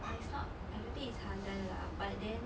but it's not I don't think it's halal lah but then